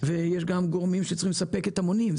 ויש גם גורמים שצריכים לספק את המונים.